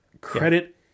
Credit